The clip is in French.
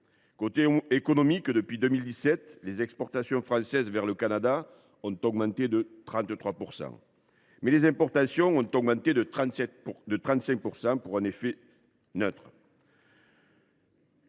économique, depuis 2017, les exportations françaises vers le Canada ont augmenté de 33 %, mais les importations ont augmenté de 35 %, pour un effet neutre,